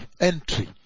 entry